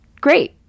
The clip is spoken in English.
great